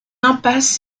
impasse